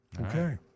Okay